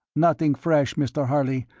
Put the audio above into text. nothing fresh, mr. harley,